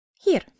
Here